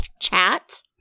chat